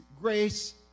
grace